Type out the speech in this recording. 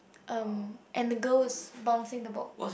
um and the girl is bouching the ball